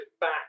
back